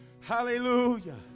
Hallelujah